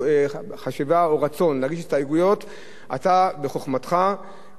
אתה בחוכמתך ובהשפעתך ובלחץ שלך הצלחת